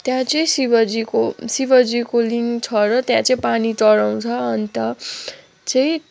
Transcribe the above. त्यहाँ चाहिँ शिवजीको शिवजीको लिङ्ग छ र त्यहाँ चाहिँ पानी चढाउँछ अन्त चाहिँ